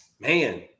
Man